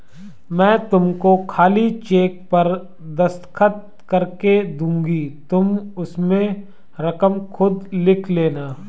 मैं तुमको खाली चेक पर दस्तखत करके दूँगी तुम उसमें रकम खुद लिख लेना